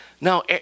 Now